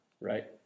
right